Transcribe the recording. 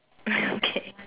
okay